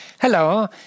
Hello